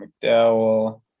McDowell